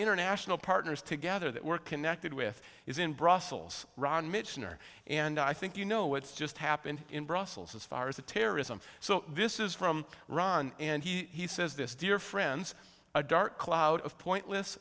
international partners together that we're connected with is in brussels ron michener and i think you know what's just happened in brussels as far as the terrorism so this is from ron and he says this dear friends a dark cloud of pointless